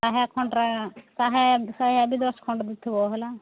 ଶହେ ଖଣ୍ଡ ଯେ ଶହେ ଆଠ କି ଦଶଖଣ୍ଡ ଦେଇଥିବ ହେଲା